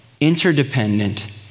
interdependent